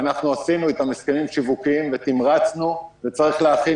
ואנחנו עשינו איתם הסכמים שיווקיים ותמרצנו וצריך להכין